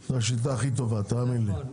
זאת השיטה הכי טובה, תאמין לי.